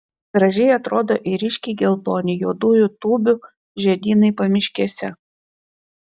gražiai atrodo ir ryškiai geltoni juodųjų tūbių žiedynai pamiškėse